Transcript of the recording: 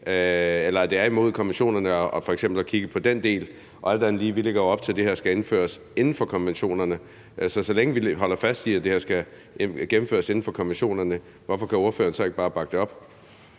skulle være imod konventionerne, vil jeg sige: Alt andet lige lægger vi jo op til, at det her skal indføres inden for konventionerne, så så længe vi holder fast i, at det her skal gennemføres inden for konventionerne, hvorfor kan ordføreren så ikke bare bakke det op?